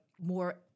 more